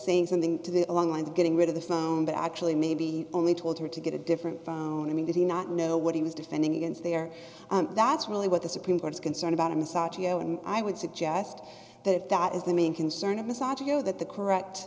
saying something to the long lines getting rid of the phone but actually maybe only told her to get a different phone i mean did he not know what he was defending against there that's really what the supreme court is concerned about a massage and i would suggest that that is the main concern of massaging you that the correct